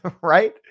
Right